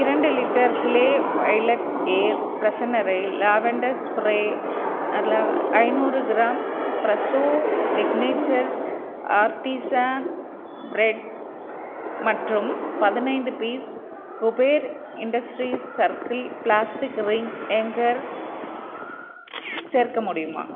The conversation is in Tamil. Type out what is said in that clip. இரண்டு லிட்டர் க்ளே வைலட் ஏர் ஃப்ரெஷனரை லாவெண்டர் ஸ்ப்ரே ஐந்நூறு gram Fresho signature artisan bread மற்றும் பதினைந்து piece Kuber industries circle plastic ring hanger சேர்க்க முடியுமா